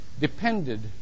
depended